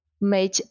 made